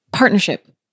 partnership